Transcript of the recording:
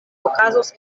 okazos